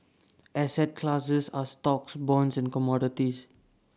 asset classes are stocks bonds and commodities